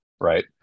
right